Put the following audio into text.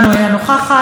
אינה נוכחת,